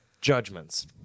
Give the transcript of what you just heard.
judgments